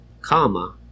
Comma